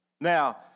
Now